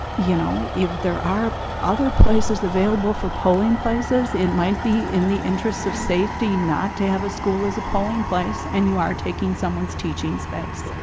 you know, if there are other places available for polling places, it might be in the interest of safety not to have a school as a polling place and you are taking someone's teaching space.